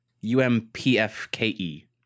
U-M-P-F-K-E